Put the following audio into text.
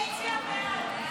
הסתייגות 1 לא נתקבלה.